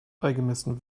beigemessen